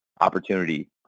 opportunity